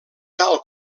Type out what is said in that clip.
tal